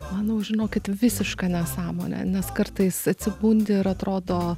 manau žinokit visiška nesąmonė nes kartais atsibundi ir atrodo